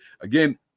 Again